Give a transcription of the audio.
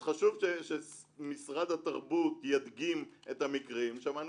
אז חשוב שמשרד התרבות ידגים את המקרים שמענו